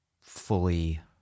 fully